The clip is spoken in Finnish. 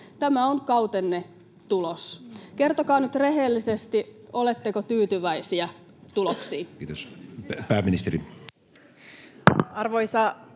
Tämä on kautenne tulos. Kertokaa nyt rehellisesti: oletteko tyytyväisiä tuloksiin? Kiitos. — Pääministeri.